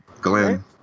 Glenn